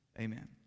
Amen